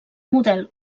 model